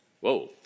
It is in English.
Whoa